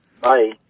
Bye